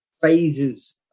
phases